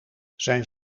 zijn